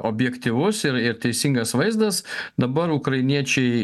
objektyvus ir ir teisingas vaizdas dabar ukrainiečiai